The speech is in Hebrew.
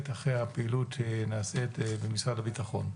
אחר הפעילות שנעשית במשרד הביטחון.